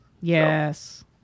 yes